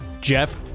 Jeff